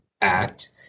Act